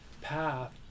path